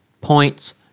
points